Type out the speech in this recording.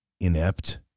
inept